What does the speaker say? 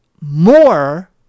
more